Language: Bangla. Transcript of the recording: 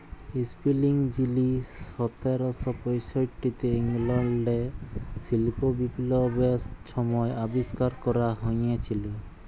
ইস্পিলিং যিলি সতের শ পয়ষট্টিতে ইংল্যাল্ডে শিল্প বিপ্লবের ছময় আবিষ্কার ক্যরা হঁইয়েছিল